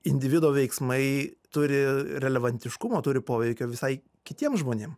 individo veiksmai turi relevantiškumo turi poveikio visai kitiem žmonėm